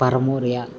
ᱯᱟᱨᱚᱢᱚᱜ ᱨᱮᱭᱟᱜ